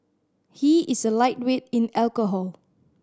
he is a lightweight in alcohol